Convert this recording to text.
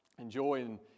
enjoying